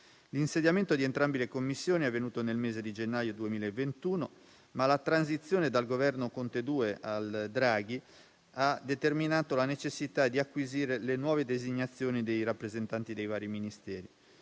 L'insediamento di entrambe le commissioni è avvenuto nel mese di gennaio 2021, ma la transizione dal Governo Conte 2 al Governo Draghi ha determinato la necessità di acquisire le nuove designazioni dei rappresentanti dei vari Ministeri.